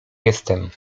jestem